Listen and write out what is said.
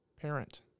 parent